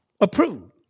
approved